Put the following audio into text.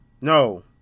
No